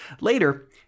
Later